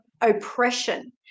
oppression